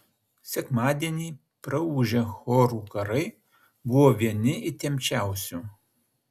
sekmadienį praūžę chorų karai buvo vieni įtempčiausių